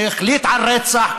שהחליט על רצח,